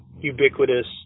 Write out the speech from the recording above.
ubiquitous